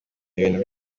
ibintu